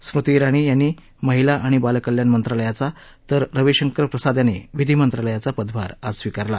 स्मृती इराणी यांनी महिला आणि बालकल्याण मंत्रालयाचा तर रवीशंकर प्रसाद यांनी विधी मंत्रालयाचा पदभार आज स्वीकारला